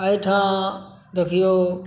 एहिठाम देखिऔ